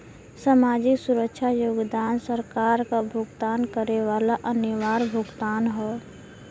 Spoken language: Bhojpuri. सामाजिक सुरक्षा योगदान सरकार क भुगतान करे वाला अनिवार्य भुगतान हौ